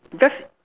just